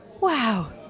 wow